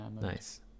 Nice